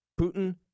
Putin